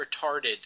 retarded